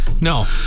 No